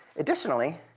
additionally,